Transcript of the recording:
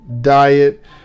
diet